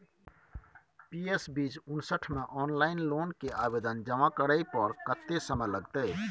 PS बीच उनसठ म ऑनलाइन लोन के आवेदन जमा करै पर कत्ते समय लगतै?